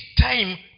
time